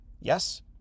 Yes